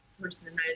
person